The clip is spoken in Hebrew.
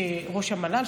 ראש המל"ל,